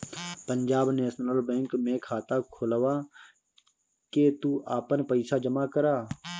Punjab National Bank में खाता खोलवा के तू आपन पईसा जमा करअ